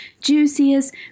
juiciest